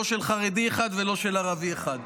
לא של חרדי אחד ולא של ערבי אחד.